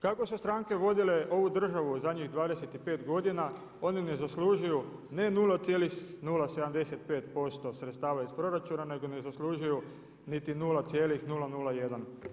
Kakve su stranke vodile ovu državu zadnjih 25 godina, one ne zaslužuju ne 0,075% sredstava iz proračuna nego ne zaslužuju niti 0,001%